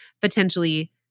potentially